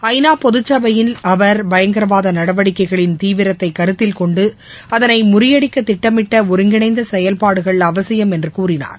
ஐநா பொதுச்சபையின் அவர் பயங்கரவாத நடவடிக்கைகளின் தீவிரத்தை கருத்தில்கொண்டு அதளை முறியடிக்க திட்டமிட்ட ஒருங்கிணைந்த செயல்பாடுகள் அவசியம் என்று கூறினார்